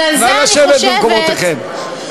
נא לשבת במקומותיכם.